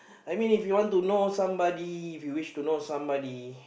I mean if you want to know somebody if you wish to know somebody